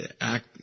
act